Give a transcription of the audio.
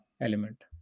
element